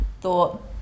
thought